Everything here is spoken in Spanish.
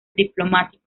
diplomático